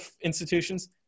institutions